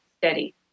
steady